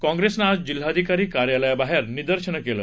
काँप्रेसनं आज जिल्हाधिकारी कार्यालयाबाहेर निदर्शन केलं